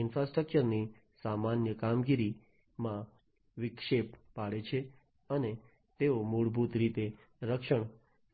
infrastructure ની સામાન્ય કામગીરીમાં વિક્ષેપ પાડે છે અને તેઓ મૂળભૂત રીતે રક્ષણ